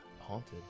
haunted